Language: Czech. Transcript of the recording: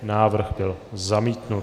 Návrh byl zamítnut.